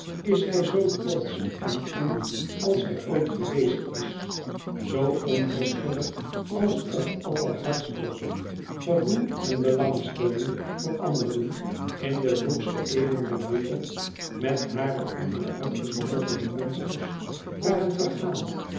is zij zoo trotsch en koel als zij ooit geweest is zoo onverschillig alsof alle hartstocht gevoel en belangstelling voor anderen in de vroegste eeuwen der wereld met hare andere uitgestorvene monsters waren vergaan